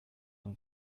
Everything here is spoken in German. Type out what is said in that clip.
und